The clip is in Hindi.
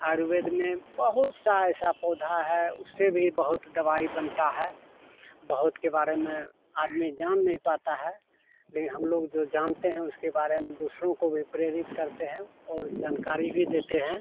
आयुर्वेद में बहुत सा ऐसा पौधा है उससे भी बहुत दवाई बनता है बहुत के बारे में आदमी जान नहीं पाता है लेकिन हम लोग जो जानते हैं उसके बारे में दूसरों को भी प्रेरित करते हैं और जानकारी भी देते हैं